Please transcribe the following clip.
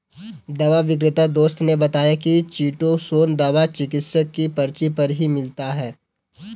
दवा विक्रेता दोस्त ने बताया की चीटोसोंन दवा चिकित्सक की पर्ची पर ही मिलती है